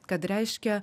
kad reiškia